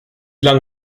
lang